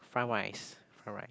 fried rice fried rice